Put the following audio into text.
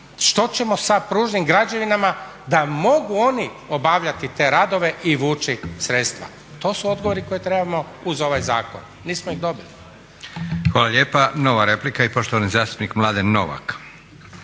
Što ćemo sa pružnim građevinama da mogu oni obavljati te radove i vući sredstva. To su odgovori koje trebamo uz ovaj zakon, nismo ih dobili. **Leko, Josip (SDP)** Hvala lijepa. Nova replika i poštovani zastupnik Mladen Novak.